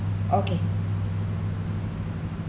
okay